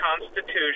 Constitution